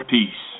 Peace